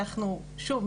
אנחנו שוב,